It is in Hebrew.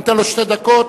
אתן לו שתי דקות,